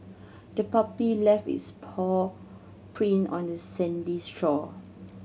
the puppy left its paw print on the sandy shore